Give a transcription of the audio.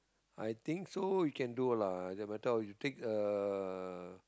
I think so you can do lah better or you take a